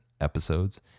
episodes